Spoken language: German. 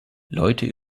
leute